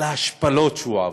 על ההשפלות שהוא עבר,